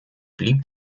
blieb